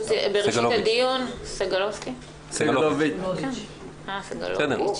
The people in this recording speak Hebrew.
חבר הכנסת סגלוביץ',